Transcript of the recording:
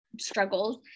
struggles